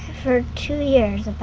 for two years,